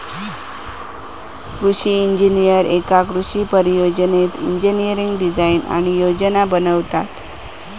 कृषि इंजिनीयर एका कृषि परियोजनेत इंजिनियरिंग डिझाईन आणि योजना बनवतत